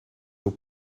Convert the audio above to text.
your